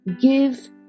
give